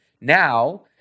now